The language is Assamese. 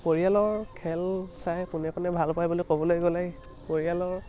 পৰিয়ালৰ খেল চাই কোনে কোনে ভাল পায় বুলি ক'বলৈ গ'লে পৰিয়ালৰ